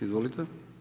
Izvolite.